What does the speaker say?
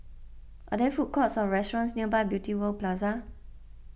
are there food courts or restaurants near Beauty World Plaza